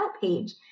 page